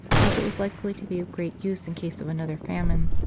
as it was likely to be of great use in case of another famine.